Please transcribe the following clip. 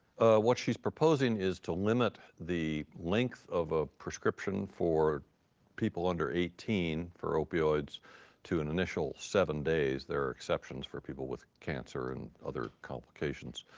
what she's proposing is to limit the length of a prescription for people under eighteen for opioids to an initial seven days. there are exceptions for people with cancer and other complications.